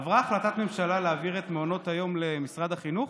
עברה החלטת ממשלה להעביר את מעונות היום למשרד החינוך?